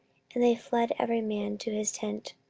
and they fled every man to his tent.